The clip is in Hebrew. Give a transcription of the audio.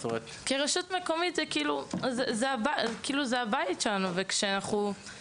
כי הרשות המקומית זה הבית שלנו וכשאני